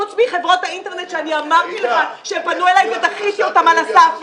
חוץ מחברות האינטרנט שאני אמרתי לך שפנו אליי ודחיתי אותן על הסף,